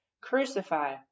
Crucify